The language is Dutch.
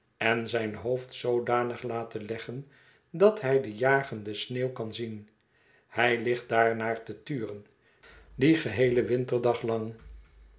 en zijn hoofd zoodanig laten leggen dat hij de jagende sneeuw kan zien hij ligt daarnaar te turen dien geheelen winterdag